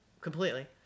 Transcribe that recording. completely